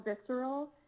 visceral